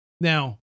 Now